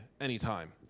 anytime